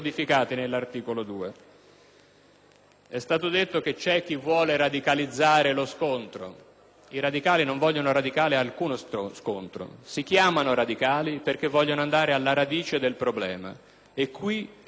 È stato detto che c'è chi vuole radicalizzare lo scontro: i radicali non vogliono farlo in alcun modo; si chiamano radicali perché vogliono andare alla radice del problema. Qui il problema non è biologico,